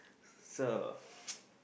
so